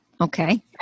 Okay